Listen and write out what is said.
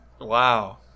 wow